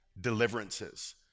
deliverances